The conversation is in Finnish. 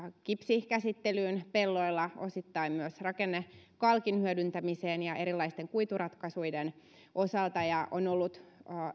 kipsikäsittelyyn pelloilla osittain myös rakennekalkin hyödyntämiseen ja erilaisten kuituratkaisuiden osalta on ollut